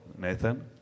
Nathan